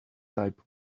type